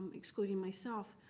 um excluding myself,